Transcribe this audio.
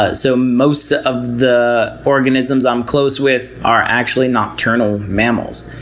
ah so most of the organisms i'm close with are actually nocturnal mammals,